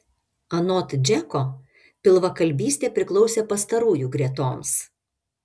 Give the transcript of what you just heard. anot džeko pilvakalbystė priklausė pastarųjų gretoms